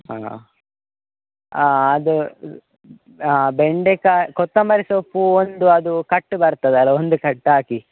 ಹಾಂ ಅದು ಬೆಂಡೆಕಾಯಿ ಕೊತ್ತಂಬರಿ ಸೊಪ್ಪು ಒಂದು ಅದು ಕಟ್ಟು ಬರ್ತದಲ್ಲ ಒಂದು ಕಟ್ಟು ಹಾಕಿ